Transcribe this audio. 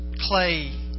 clay